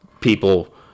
people